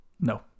No